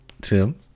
Tim